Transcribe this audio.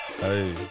Hey